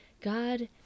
God